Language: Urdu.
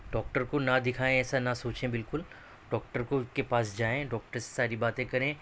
ڈوکٹر کو نہ دکھائیں ایسا نا سوچیں بالکل ڈوکٹر کو کے پاس جائیں ڈوکٹر سے ساری باتیں کریں